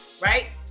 right